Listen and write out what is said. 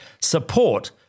support